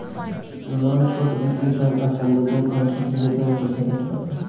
loan छोट वित्तीय bank, स्थानीय बैंक अउरी क्षेत्रीय बैंक पईसा देत बाटे